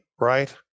right